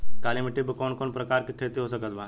काली मिट्टी पर कौन कौन प्रकार के खेती हो सकत बा?